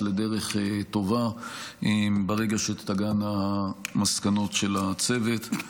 לדרך טובה ברגע שתגענה המסקנות של הצוות.